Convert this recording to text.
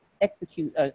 execute